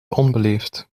onbeleefd